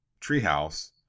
treehouse